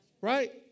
right